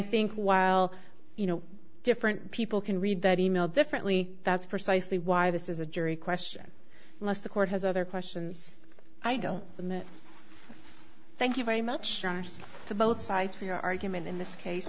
think while you know different people can read that e mail differently that's precisely why this is a jury question unless the court has other questions i go thank you very much to both sides for your argument in this case